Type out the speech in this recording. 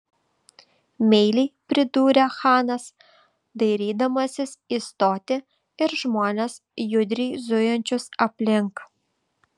meiliai pridūrė chanas dairydamasis į stotį ir žmones judriai zujančius aplink